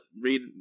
read